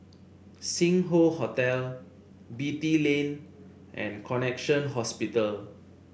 Sing Hoe Hotel Beatty Lane and Connexion Hospital